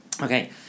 Okay